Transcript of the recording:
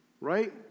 right